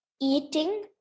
Eating